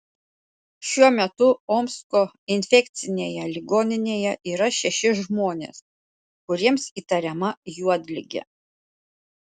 šiuo metu omsko infekcinėje ligoninėje yra šeši žmonės kuriems įtariama juodligė